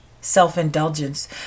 self-indulgence